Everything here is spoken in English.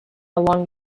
along